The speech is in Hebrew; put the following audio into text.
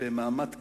במעמד קבינט,